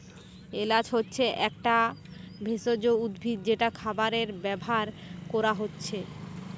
এলাচ হচ্ছে একটা একটা ভেষজ উদ্ভিদ যেটা খাবারে ব্যাভার কোরা হচ্ছে